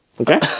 Okay